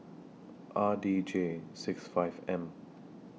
R D J six five M